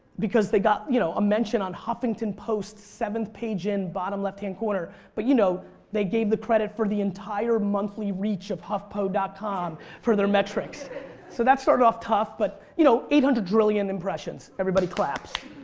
because they got you know a mention on huffington post seventh page in, bottom left-hand corner but you know they give the credit for the entire monthly reach of huffpo dot com for their metrics. so that started off tough but you know eight hundred drillion impressions, everybody claps.